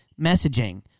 messaging